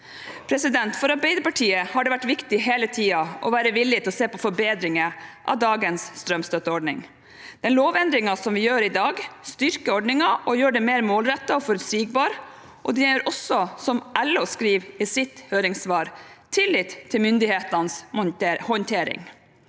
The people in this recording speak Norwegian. støtte. For Arbeiderpartiet har det vært viktig hele tiden å være villig til å se på forbedringer av dagens strømstøtteordning. Den lovendringen som vi gjør i dag, styrker ordningen og gjør den mer målrettet og forutsigbar, og den gir også, som LO skriver i sitt høringssvar, tillit til myndighetenes håndtering.